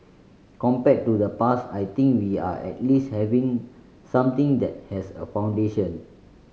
compared to the past I think we are at least having something that has a foundation